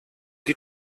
die